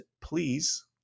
please